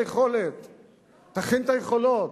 תכין את היכולת,